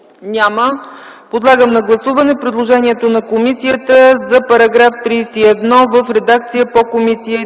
Няма. Подлагам на гласуване предложението на комисията за § 31 в редакция по комисия